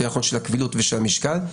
יותר נכון של הקבילות ושל במשקל,